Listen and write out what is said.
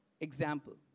example